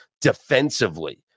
Defensively